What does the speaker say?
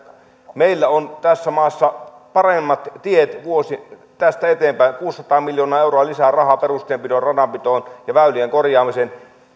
meillä on tässä maassa paremmat tiet tästä eteenpäin kuusisataa miljoonaa euroa lisää rahaa perustienpitoon radanpitoon ja väylien korjaamiseen